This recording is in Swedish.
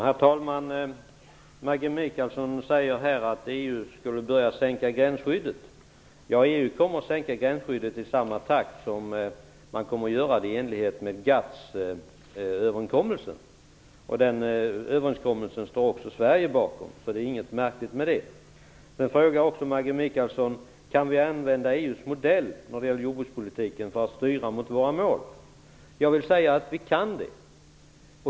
Herr talman! Maggie Mikaelsson säger att EU skulle börja sänka gränsskyddet. Ja, EU kommer att sänka gränsskyddet i samma takt som man kommer att göra det i enlighet med GATT-överenskommelsen. Den överenskommelsen står också Sverige bakom, så det är inget märkligt med det. Sedan frågade Maggie Mikaelsson: Kan vi använda EU:s modell när det gäller jordbrukspolitiken för att styra mot våra mål? Jag vill säga att vi kan det.